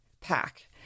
pack